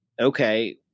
okay